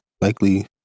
likely